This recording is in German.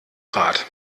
rad